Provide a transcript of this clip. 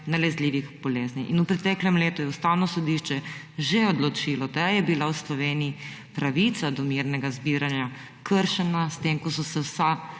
nalezljivih bolezni. In v preteklem letu je Ustavno sodišče že odločilo, da je bilo v Sloveniji pravica do mirnega zbiranja kršena s tem, ko so se vsa